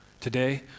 Today